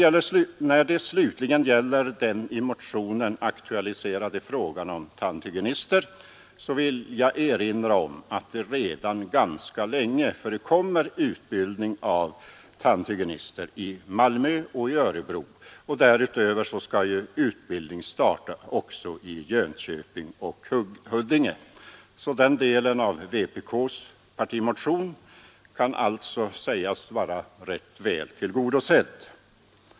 När det slutligen gäller den i motionen aktualiserade frågan om tandhygienister så vill jag erinra om att det sedan ganska länge förekommer utbildning av tandhygienister i Malmö och Örebro. Därutöver skall ju utbildning startas också i Jönköping och i Huddinge. Den delen av vpk:s partimotion kan alltså sägas vara tillgodosedd.